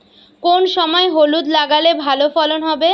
কোন সময় হলুদ লাগালে ভালো ফলন হবে?